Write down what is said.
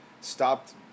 Stopped